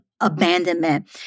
abandonment